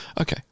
okay